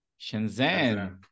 Shenzhen